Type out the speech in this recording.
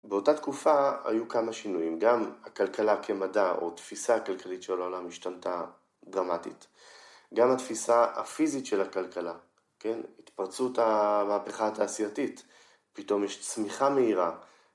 באותה תקופה היו כמה שינויים, גם הכלכלה כמדע או תפיסה הכלכלית של העולם השתנתה דרמטית, גם התפיסה הפיזית של הכלכלה, התפרצות המהפכה התעשייתית, פתאום יש צמיחה מהירה.